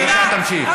בבקשה, תמשיך.